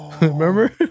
Remember